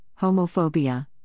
homophobia